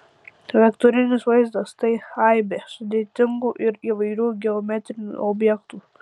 vektorinis vaizdas tai aibė sudėtingų ir įvairių geometrinių objektų